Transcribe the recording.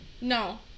No